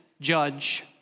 judge